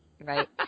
right